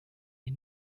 est